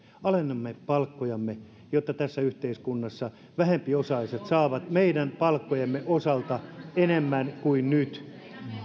alennamme palkkojamme jotta tässä yhteiskunnassa vähempiosaiset saavat meidän palkkojemme osalta enemmän kuin nyt